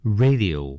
radio